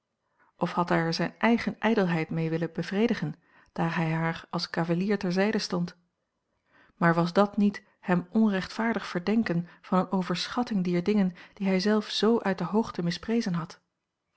of had hij er zijne eigene ijdelheid mee willen bevredigen daar hij haar als cavalier ter zijde stond maar was dat niet hem onrechtvaardig verdenken van eene overschatting dier dingen die hijzelf z uit de hoogte misprezen had